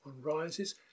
rises